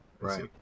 Right